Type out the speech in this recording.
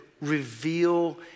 reveal